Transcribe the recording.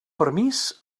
permís